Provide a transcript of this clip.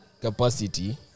capacity